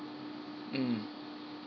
mm